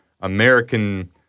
American